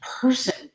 person